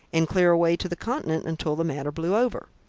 and clear away to the continent until the matter blew over.